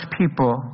people